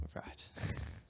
Right